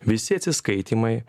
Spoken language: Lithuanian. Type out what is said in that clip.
visi atsiskaitymai